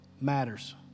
matters